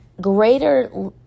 greater